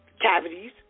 cavities